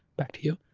back to you.